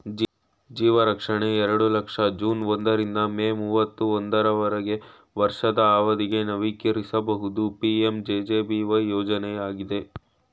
ಜೀವರಕ್ಷಣೆ ಎರಡು ಲಕ್ಷ ಜೂನ್ ಒಂದ ರಿಂದ ಮೇ ಮೂವತ್ತಾ ಒಂದುಗೆ ವರ್ಷದ ಅವಧಿಗೆ ನವೀಕರಿಸಬಹುದು ಪಿ.ಎಂ.ಜೆ.ಜೆ.ಬಿ.ವೈ ಯೋಜ್ನಯಾಗಿದೆ